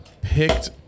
picked